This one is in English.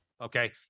Okay